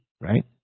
right